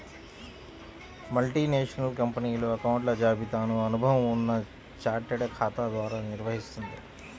multinational కంపెనీలు అకౌంట్ల జాబితాను అనుభవం ఉన్న చార్టెడ్ ఖాతా ద్వారా నిర్వహిత్తుంది